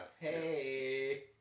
Hey